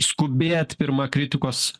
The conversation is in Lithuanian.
skubėt pirma kritikos